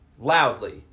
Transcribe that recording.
Loudly